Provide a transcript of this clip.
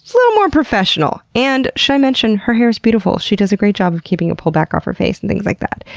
little more professional. and should i mention her hair is beautiful? she does a great job of keeping it pulled back off her face and things like that.